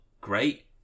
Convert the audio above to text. great